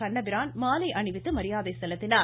கண்ணபிரான் மாலை அணிவித்து மரியாதை செலுத்தினார்